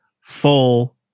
full